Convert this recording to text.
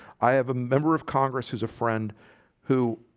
i have a member of congress. who's a friend who?